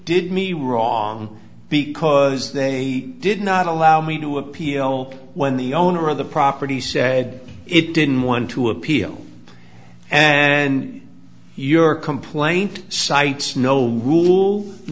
did me wrong because they did not allow me to appeal when the owner of the property said it didn't want to appeal and your complaint cites no